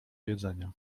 jedzenia